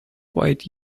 wide